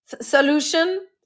solution